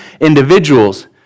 individuals